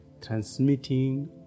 transmitting